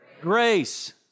Grace